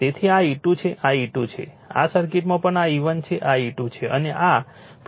તેથી આ E2 છે આ E2 છે આ સર્કિટમાં પણ આ E1 છે આ E2 છે અને આ છે